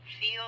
Feel